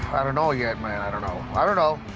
i don't know yet, man. i don't know, i don't know.